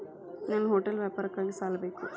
ನನ್ನ ಹೋಟೆಲ್ ವ್ಯಾಪಾರಕ್ಕಾಗಿ ಸಾಲ ಬೇಕು